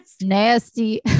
nasty